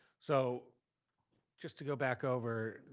so just to go back over,